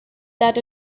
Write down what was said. that